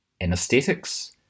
anesthetics